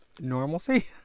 normalcy